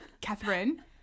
Catherine